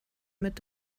mit